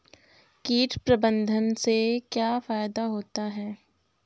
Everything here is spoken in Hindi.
कीट प्रबंधन से क्या फायदा होता है?